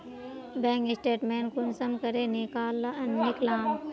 Bank statement कुंसम करे निकलाम?